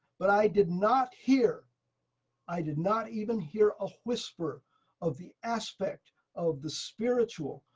but i did not hear i did not even hear a whisper of the aspect of the spiritual,